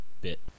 bit